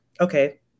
okay